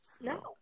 No